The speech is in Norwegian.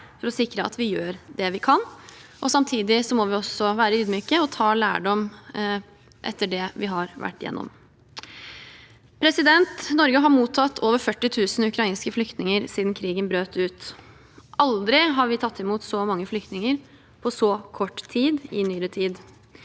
for å sikre at vi gjør det vi kan. Samtidig må vi også være ydmyke og ta lærdom av det vi har vært gjennom. Norge har mottatt over 40 000 ukrainske flyktninger siden krigen brøt ut. Aldri har vi tatt imot så mange flyktninger på så kort tid i nyere tid.